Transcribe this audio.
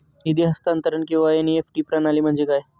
निधी हस्तांतरण किंवा एन.ई.एफ.टी प्रणाली म्हणजे काय?